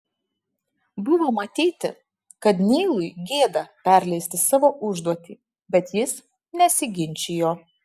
buvo matyti kad neilui gėda perleisti savo užduotį bet jis nesiginčijo